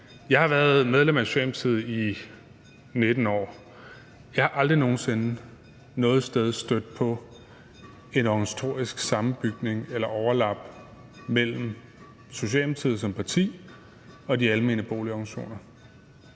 jeg har været medlem af Socialdemokratiet i 19 år, og jeg er aldrig nogen sinde noget sted stødt på en organisatorisk sammenbygning eller et overlap mellem Socialdemokratiet som parti og de almene boligorganisationer